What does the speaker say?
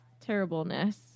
Terribleness